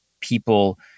people